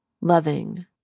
loving